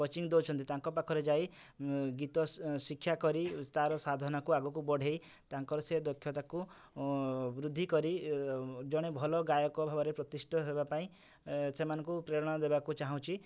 coaching ଦଉଛନ୍ତି ତାଙ୍କ ପାଖରେ ଯାଇ ଗୀତ ଶିକ୍ଷା କରି ତା'ର ସାଧନ କୁ ଆଗୁକୁ ବଢ଼ାଇ ତାଙ୍କର ସେ ଦକ୍ଷତା କୁ ବୃଦ୍ଧି କରି ଜଣେ ଭଲ ଗାୟକ ଭାବରେ ପ୍ରତିଷ୍ଠିତ ହେବା ପାଇଁ ସେମାନଙ୍କୁ ପ୍ରେରଣା ଦେବାକୁ ଚାଁହୁଛି